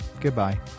Goodbye